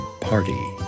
party